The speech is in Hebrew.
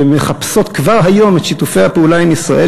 שמחפשות כבר היום את שיתופי הפעולה עם ישראל,